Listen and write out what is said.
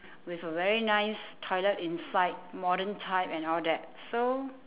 with a very nice toilet inside modern type and all that so